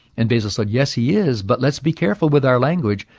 and basil said, yes, he is, but let's be careful with our language.